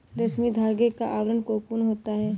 रेशमी धागे का आवरण कोकून होता है